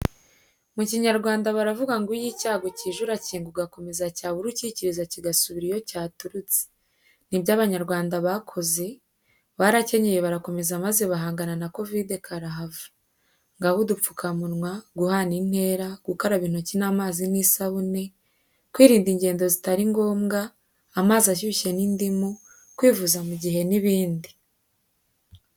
Mu kinyarwanda batavuga ngo iyo icyago kije urakinga ugakomeza cyabura ucyikiriza Kigasubira iyo cyaturutse; nibyo abanyarwanda bakoze, barakenyeye barakomeza maze bahangana na kovide karahava; ngaho udupfukamunwa, guhana intera, gukaraba intoki n'amazi n'isabune, kwirinda ingendo zitari ngombwa, amazi ashyushye n'indimu, kwivuza ku gihe n'ibindi.